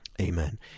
Amen